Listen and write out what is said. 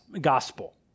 gospel